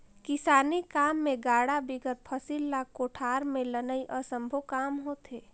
किसानी काम मे गाड़ा बिगर फसिल ल कोठार मे लनई असम्भो काम होथे